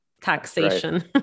taxation